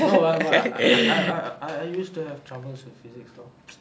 no but I I I I used to have troubles with physics lor